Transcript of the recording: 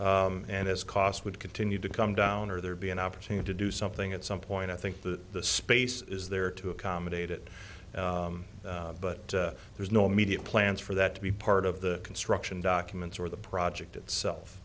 and as cost would continue to come down or there be an opportunity to do something at some point i think that the space is there to accommodate it but there's no immediate plans for that to be part of the construction documents or the project itself